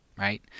right